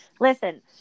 listen